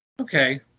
Okay